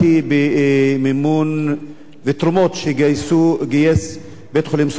בתרומות שגייס בית-חולים "סורוקה".